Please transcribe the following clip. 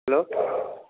hello